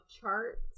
charts